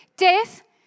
Death